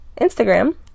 Instagram